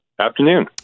Afternoon